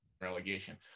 relegation